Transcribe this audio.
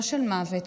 לא של מוות,